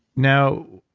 now,